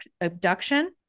abduction